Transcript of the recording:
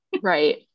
Right